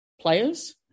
players